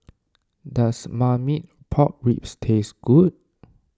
does Marmite Pork Ribs taste good